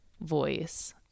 voice